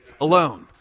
alone